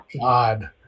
God